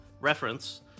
reference